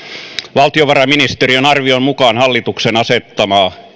valtiovarainministeriön arvion mukaan hallituksen asettamaa